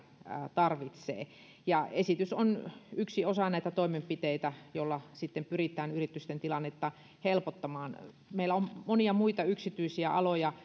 tarvitsee esitys on yksi osa näitä toimenpiteitä joilla pyritään yritysten tilannetta helpottamaan meillä on monia muita yksityisiä aloja